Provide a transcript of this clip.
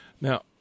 Now